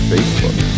Facebook